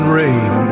rain